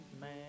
man